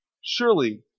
Surely